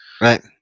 Right